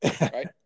right